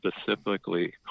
specifically